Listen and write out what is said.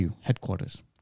headquarters